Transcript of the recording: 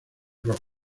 rock